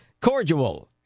cordial